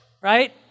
right